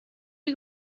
wie